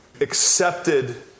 accepted